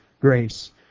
grace